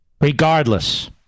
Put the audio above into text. regardless